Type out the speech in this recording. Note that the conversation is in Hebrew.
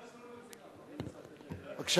בבקשה.